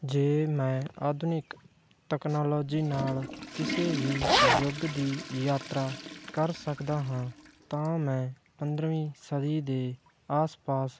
ਜੇ ਮੈਂ ਆਧੁਨਿਕ ਟੇਕਨਾਲੋਜੀ ਨਾਲ ਕਿਸੇ ਵੀ ਯੁਗ ਦੀ ਯਾਤਰਾ ਕਰ ਸਕਦਾ ਹਾਂ ਤਾਂ ਮੈਂ ਪੰਦਰ੍ਹਵੀਂ ਸਦੀ ਦੇ ਆਸ ਪਾਸ